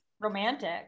romantic